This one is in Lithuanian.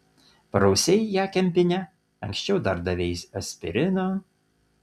prausei ją kempine anksčiau dar davei aspirino